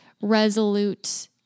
resolute